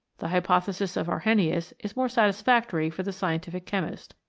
the hypothesis of arrhenius is more satisfactory for the scientific chemist.